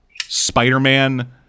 Spider-Man